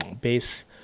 base